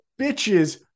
bitches